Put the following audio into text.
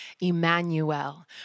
Emmanuel